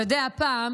אתה יודע, פעם